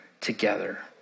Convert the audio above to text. together